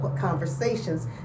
conversations